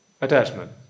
Attachment